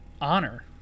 honor